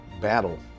battle